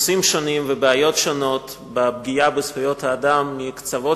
נושאים שונים ועל בעיות שונות של פגיעה בזכויות אדם מקצוות